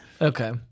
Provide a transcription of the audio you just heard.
Okay